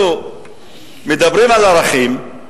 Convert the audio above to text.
אנחנו מדברים על ערכים,